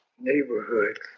neighborhood